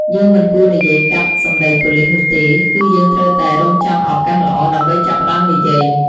យើងមិនគួរនិយាយកាត់សម្ដីប៉ូលិសនោះទេ គឺយើងត្រូវតែរង់ចាំឱកាសល្អដើម្បីចាប់ផ្ដើមនិយាយ។